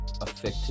affected